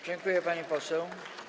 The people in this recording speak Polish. Dziękuję, pani poseł.